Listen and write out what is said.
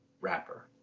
wrapper